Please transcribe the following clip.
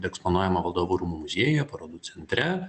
eksponuojama valdovų rūmų muziejuje parodų centre